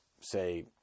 say